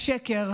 השקר,